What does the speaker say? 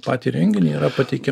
patį renginį yra pateikia